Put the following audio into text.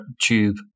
tube